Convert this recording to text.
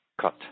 cut